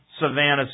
Savannah